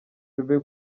bebe